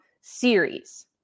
series